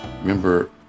Remember